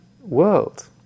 world